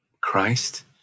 Christ